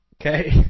okay